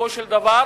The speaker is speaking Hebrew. בסופו של דבר,